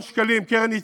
אתה מאפיונר ואתה שקרן.